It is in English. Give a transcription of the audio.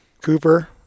Cooper